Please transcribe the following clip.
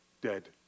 Dead